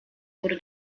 wurde